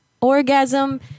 Orgasm